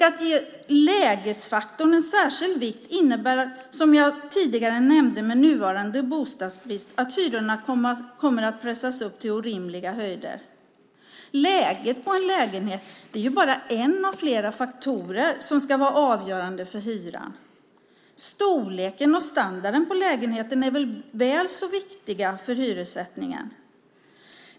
Att ge lägesfaktorn en särskild vikt innebär, som jag tidigare nämnde, med nuvarande bostadsbrist att hyrorna kommer att pressas upp till orimliga höjder. Läget på en lägenhet är bara en av flera faktorer som ska vara avgörande för hyran. Storleken och standarden på lägenheten är väl så viktiga för hyressättningen.